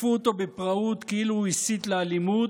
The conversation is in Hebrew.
תקפו אותו בפראות כאילו הוא הסית לאלימות,